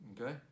okay